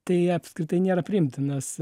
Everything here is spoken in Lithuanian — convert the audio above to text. tai apskritai nėra priimtinas